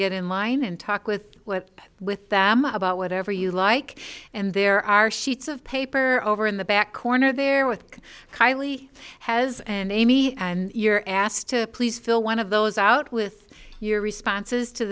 get in line and talk with what with them about whatever you like and there are sheets of paper over in the back corner there with kylie has and amy and you're asked to please fill one of those out with your responses to